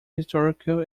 historical